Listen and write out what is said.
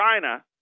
China